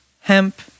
hemp